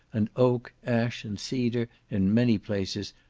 and oak, ash, and cedar, in many places,